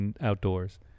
outdoors